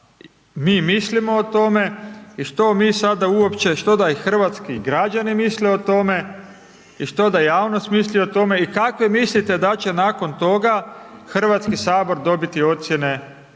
mi mislimo o tome i što mi sada uopće, što da i hrvatski građani misle o tome i što da javnost misli o tome i kako vi mislite da će nakon toga HS dobiti ocijene, ocijene